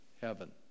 heaven